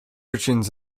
urchins